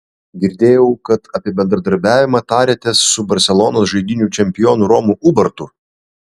girdėjau kad apie bendradarbiavimą tarėtės su barselonos žaidynių čempionu romu ubartu